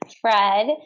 Fred